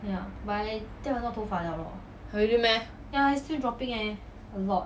really meh